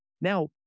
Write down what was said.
Now